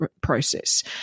process